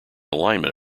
alignment